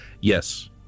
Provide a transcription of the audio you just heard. Yes